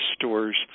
stores